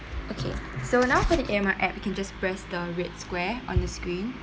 okay so now put it in my app we can just press the red square on the screen